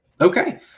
okay